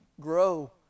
grow